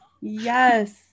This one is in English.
Yes